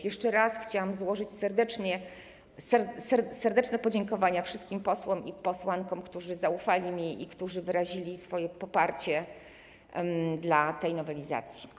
Jeszcze raz chciałam złożyć serdeczne podziękowania wszystkim posłom i posłankom, którzy zaufali mi i którzy wyrazili swoje poparcie dla tej nowelizacji.